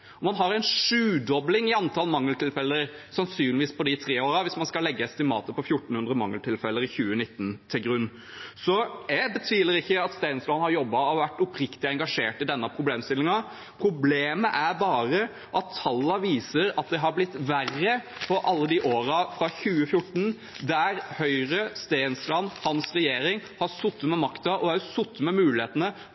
Man har sannsynligvis en sjudobling av antall mangeltilfeller på de tre årene hvis man skal legge estimatet på 1 400 mangeltilfeller i 2019 til grunn. Jeg betviler ikke at representanten Stensland har jobbet og vært oppriktig engasjert i denne problemstillingen. Problemet er bare at tallene viser at det har blitt verre på alle de årene, fra 2014, der Høyre, representanten Stensland og hans regjering har